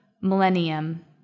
millennium